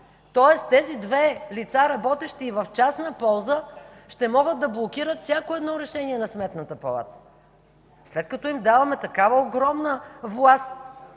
тоест тези две лица, работещи и в частна полза, ще могат да блокират всяко едно решение на Сметната палата. След като им даваме такава огромна власт